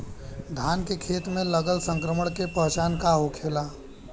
धान के खेत मे लगल संक्रमण के पहचान का होखेला?